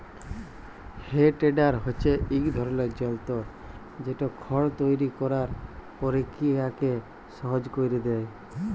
হে tedder হছে ইক ধরলের যল্তর যেট খড় তৈরি ক্যরার পকিরিয়াকে সহজ ক্যইরে দেঁই